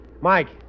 Mike